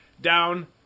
down